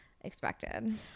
expected